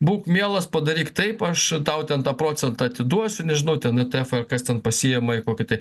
būk mielas padaryk taip aš tau ten tą procentą atiduosiu nežinau ten i te efą ar kas ten pasiėma į kokį tai